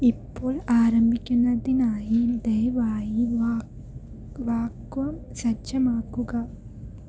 ഇപ്പോൾ ആരംഭിക്കുന്നതിനായി ദയവായി വാക്വം സജ്ജമാക്കുക